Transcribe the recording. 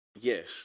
yes